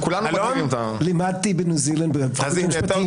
לימדתי בניו-זילנד בפקולטה למשפטים.